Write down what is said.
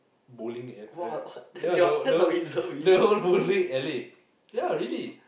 bowling area area ya the the the whole bowling alley ya really